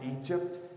Egypt